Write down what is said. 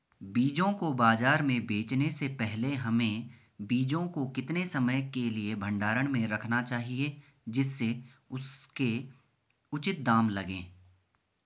बीजों को बाज़ार में बेचने से पहले हमें बीजों को कितने समय के लिए भंडारण में रखना चाहिए जिससे उसके उचित दाम लगें?